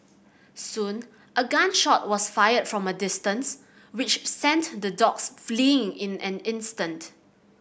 soon a gun shot was fired from a distance which sent the dogs fleeing in an instant